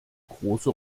große